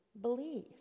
believe